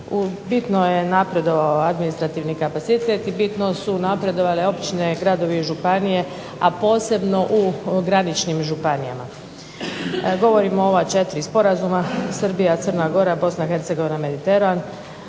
bitno je napredovao administrativni kapacitet i bitno su napredovale općine, gradovi i županije, a posebno u graničnim županijama. Govorim o ova četiri sporazuma, Srbija, Crna Gora, Bosna i Hercegovina, Mediteran.